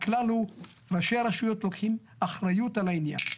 הכלל הוא ראשי הרשויות לוקחים אחריות על העניין.